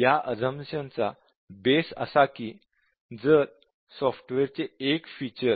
या अझम्पशनचा बेस असा की जर सॉफ्टवेअरचे एक फीचर